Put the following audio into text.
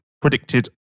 predicted